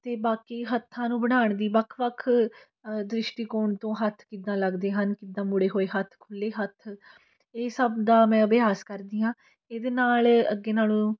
ਅਤੇ ਬਾਕੀ ਹੱਥਾਂ ਨੂੰ ਬਣਾਉਣ ਦੀ ਵੱਖ ਵੱਖ ਦ੍ਰਿਸ਼ਟੀਕੋਣ ਤੋਂ ਹੱਥ ਕਿੱਦਾਂ ਲੱਗਦੇ ਹਨ ਕਿੱਦਾਂ ਮੁੜੇ ਹੋਏ ਹੱਥ ਖੁੱਲ੍ਹੇ ਹੱਥ ਇਹ ਸਭ ਦਾ ਮੈਂ ਅਭਿਆਸ ਕਰਦੀ ਹਾਂ ਇਹਦੇ ਨਾਲ ਅੱਗੇ ਨਾਲੋਂ